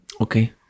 Okay